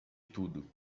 tudo